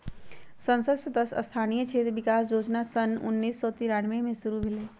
संसद सदस्य स्थानीय क्षेत्र विकास जोजना सन उन्नीस सौ तिरानमें में शुरु भेलई